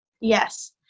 Yes